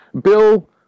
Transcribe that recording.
Bill